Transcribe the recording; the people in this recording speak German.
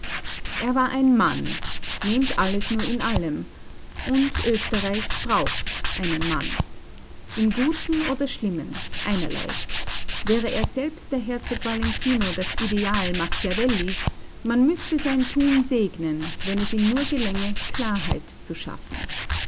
er war ein mann nehmt alles nur in allem und österreich braucht einen mann im guten oder schlimmen einerlei wäre er selbst der herzog valentino das ideal macchiavellis man müßte sein tun segnen wenn es ihm nur gelänge klarheit zu schaffen